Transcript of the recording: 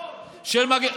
לא ימנע בחירות,